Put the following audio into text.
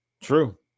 true